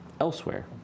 elsewhere